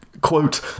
Quote